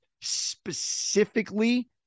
specifically